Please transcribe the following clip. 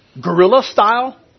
guerrilla-style